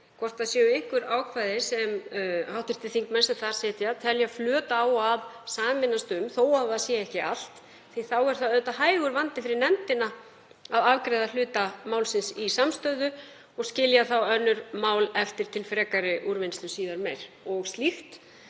hvort það séu einhver ákvæði sem hv. þingmenn sem þar sitja telja flöt á að sameinast um, þó að það sé ekki allt. Þá er það auðvitað hægur vandi fyrir nefndina að afgreiða hluta málsins í samstöðu og skilja önnur mál eftir til frekari úrvinnslu síðar meir. Ég hef